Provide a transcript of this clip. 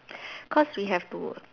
cause we have to